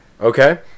Okay